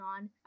on